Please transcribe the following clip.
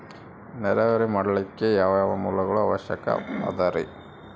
ನೇರಾವರಿ ಮಾಡಲಿಕ್ಕೆ ಯಾವ್ಯಾವ ಮೂಲಗಳ ಅವಶ್ಯಕ ಅದರಿ?